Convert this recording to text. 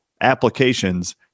applications